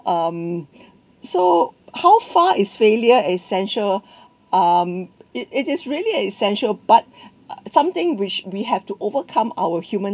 um so how far is failure essential um it it is really essential but something which we have to overcome our human